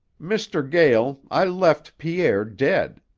mr. gael, i left pierre dead.